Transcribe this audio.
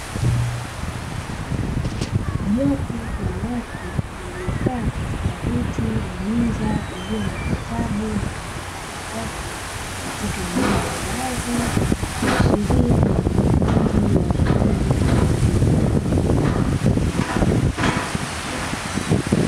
Jopo ka watu waliokaa katika vitu na meza iliyo na vitabu na kompyuta mpakato, katika eneo la wazi kuashiria ni wanafunzi wa elimu ya juu.